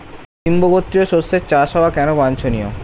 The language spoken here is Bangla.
সিম্বু গোত্রীয় শস্যের চাষ হওয়া কেন বাঞ্ছনীয়?